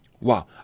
wow